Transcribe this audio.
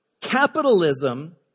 Capitalism